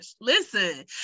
Listen